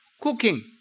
Cooking